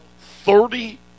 thirty